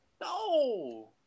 No